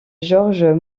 georges